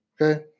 Okay